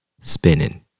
spinning